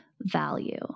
value